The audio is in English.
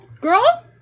girl